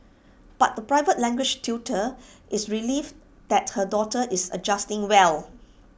but the private language tutor is relieved that her daughter is adjusting well